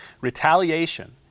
Retaliation